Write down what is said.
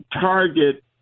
target